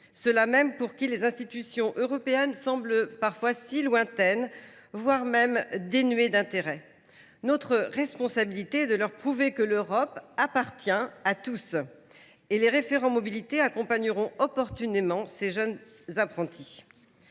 là mêmes pour qui les institutions européennes semblent parfois si lointaines, voire dénuées d’intérêt. Notre responsabilité est de leur prouver que l’Europe appartient à tous. J’ajoute que les référents mobilité accompagneront opportunément les jeunes apprentis.